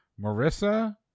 Marissa